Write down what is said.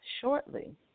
shortly